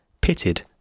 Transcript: pitted